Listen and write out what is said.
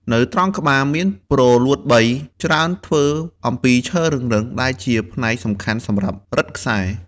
នៅត្រង់ក្បាលមានព្រលួតបី ច្រើនធ្វើអំពីឈើរឹងៗ ដែលជាផ្នែកសំខាន់សម្រាប់រឹតខ្សែ។